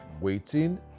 waiting